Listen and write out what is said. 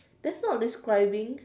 that's not describing